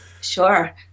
sure